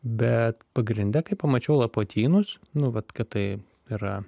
bet pagrinde kai pamačiau lapuotynus nu vat kad tai yra